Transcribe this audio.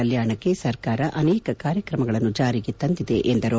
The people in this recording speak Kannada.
ಕಲ್ಲಾಣಕ್ಕೆ ಸರ್ಕಾರ ಅನೇಕ ಕಾರ್ಯಕ್ರಮಗಳನ್ನು ಜಾರಿಗೆ ತಂದಿದೆ ಎಂದರು